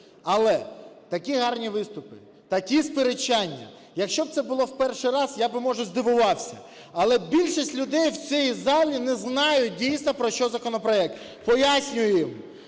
Але такі гарні виступи, такі сперечання, якщо б це було в перший раз, я б, може, здивувався, але більшість людей в цій залі не знають, дійсно, про що законопроект. Пояснюю їм.